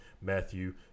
Matthew